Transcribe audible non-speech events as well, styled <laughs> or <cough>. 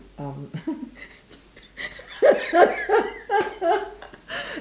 um <laughs>